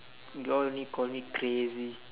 you all only call me crazy